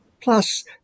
plus